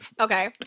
okay